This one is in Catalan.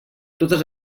totes